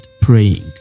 praying